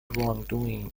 wrongdoing